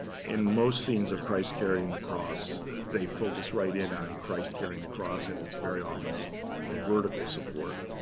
in most scenes of christ carrying the cross, they focus right in on christ carrying the cross. and it's very often a ah vertical support,